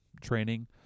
training